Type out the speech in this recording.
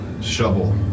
shovel